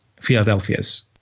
Philadelphia's